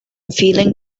feeling